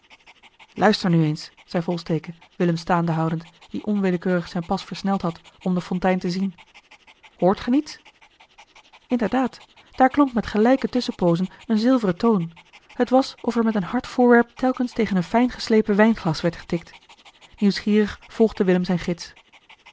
luister nu eens zei volsteke willem staande houdend die onwillekeurig zijn pas versneld had om de fontein te zien hoort ge niets inderdaad daar klonk met gelijke tusschenpoozen een zilveren toon het was of er met een hard voorwerp telkens tegen een fijngeslepen wijnglas werd getikt nieuwsgierig volgde willem zijn gids